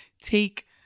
take